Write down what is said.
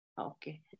Okay